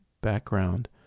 background